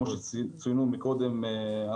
כפי שציינו קודם,